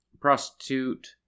prostitute